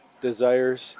desires